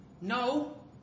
no